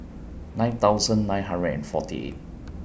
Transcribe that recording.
nine thousand nine hundred and forty eight